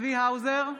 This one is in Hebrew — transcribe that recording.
צבי האוזר,